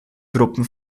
gruppen